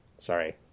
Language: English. Sorry